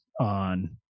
on